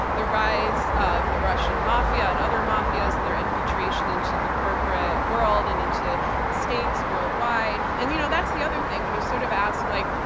the rise of the russian mafia and other mafias and their infiltration into the corporate world and into states worldwide. and you know, that's the other thing, when you sort of ask, like,